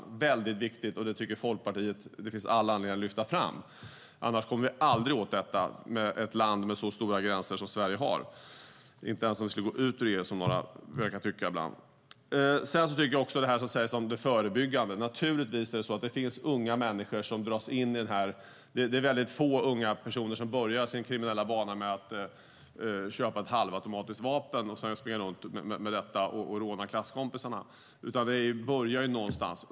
Detta är väldigt viktigt, och Folkpartiet tycker att det finns all anledning att lyfta fram detta, annars kommer vi aldrig åt problemet med en så lång gräns som Sverige har - inte ens om vi skulle gå ur EU, vilket några verkar tycka ibland. Man talar också om det förebyggande. Naturligtvis finns det unga människor som dras in i det här. Det är väldigt få unga personer som börjar sin kriminella bana med att köpa ett halvautomatiskt vapen och sedan springa runt med det och råna klasskompisarna. Det börjar någon annanstans.